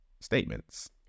statements